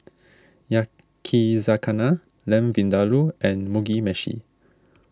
Yakizakana Lamb Vindaloo and Mugi Meshi